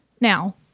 Now